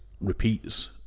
repeats